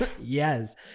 Yes